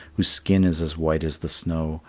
whose skin is as white as the snow,